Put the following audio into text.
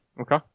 Okay